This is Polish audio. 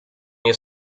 nie